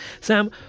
Sam